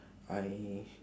I